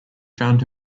found